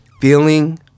feeling